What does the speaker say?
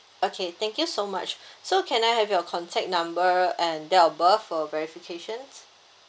okay thank you so much so can I have your contact number and date of birth for verification